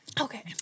Okay